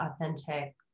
authentic